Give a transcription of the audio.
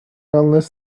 unless